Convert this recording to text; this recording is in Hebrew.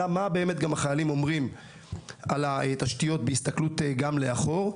אלא מה באמת גם החיילים אומרים על התשתיות בהסתכלות לאחור.